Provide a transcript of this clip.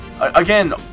Again